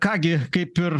ką gi kaip ir